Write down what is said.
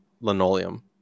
linoleum